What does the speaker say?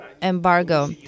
embargo